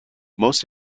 most